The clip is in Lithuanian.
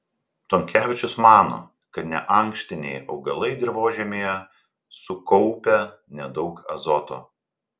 tonkevičius mano kad neankštiniai augalai dirvožemyje sukaupia nedaug azoto